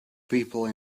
people